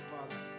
Father